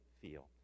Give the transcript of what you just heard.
feel